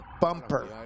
bumper